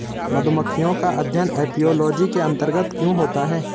मधुमक्खियों का अध्ययन एपियोलॉजी के अंतर्गत क्यों होता है?